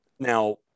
Now